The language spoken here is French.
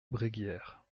bréguières